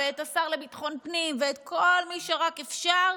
את השר לביטחון פנים ואת כל מי שרק אפשר,